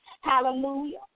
Hallelujah